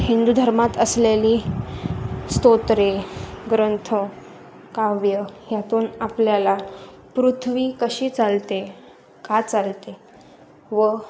हिंदू धर्मात असलेली स्तोत्रे ग्रंथ काव्य यातून आपल्याला पृथ्वी कशी चालते का चालते व